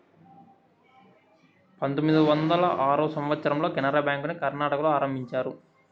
పంతొమ్మిది వందల ఆరో సంవచ్చరంలో కెనరా బ్యాంకుని కర్ణాటకలో ఆరంభించారు